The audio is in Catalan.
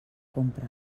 compra